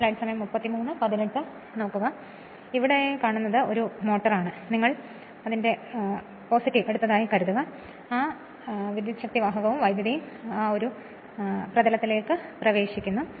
ഇതൊരു മോട്ടോറാണ് നിങ്ങൾ എടുത്തതായി കരുതുക ആ കണ്ടക്ടറും കറന്റും വിമാനത്തിലേക്ക് പ്രവേശിക്കുന്നു